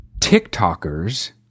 TikTokers